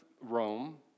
Rome